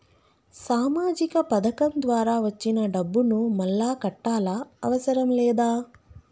సామాజిక పథకం ద్వారా వచ్చిన డబ్బును మళ్ళా కట్టాలా అవసరం లేదా?